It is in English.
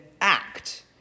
act